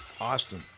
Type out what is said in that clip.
Austin